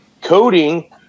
coding